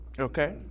Okay